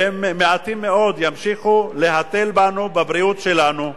והם מעטים מאוד, ימשיכו להתל בנו, בבריאות שלנו.